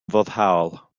foddhaol